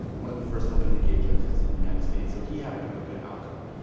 one of the first openly gay judges in the united states, so he had a kind of a good outcome.